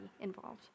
involved